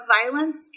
violence